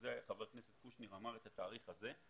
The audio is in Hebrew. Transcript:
לכן חבר הכנסת קושניר אמר את התאריך הזה.